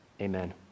Amen